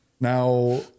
now